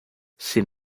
sin